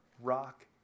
rock